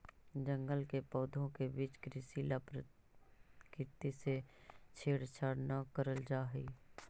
जंगल के पौधों के बीच कृषि ला प्रकृति से छेड़छाड़ न करल जा हई